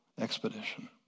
expedition